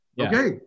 Okay